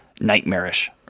nightmarish